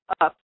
up